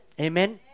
Amen